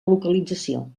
localització